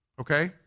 okay